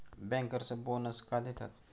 Bankers bonus का देतात?